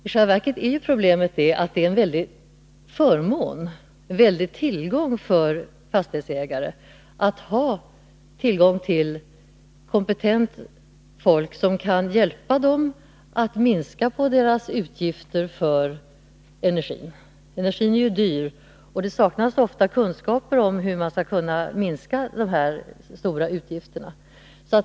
I själva verket är det ju en väldig förmån för fastighetsägare att ha tillgång till kompetent folk som kan hjälpa dem att minska deras utgifter för energin; energin är ju dyr, och det saknas ofta kunskaper om hur man skall kunna minska de stora energiutgifterna.